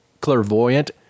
clairvoyant